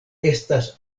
estas